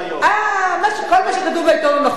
אה, כל מה שכתוב בעיתון נכון.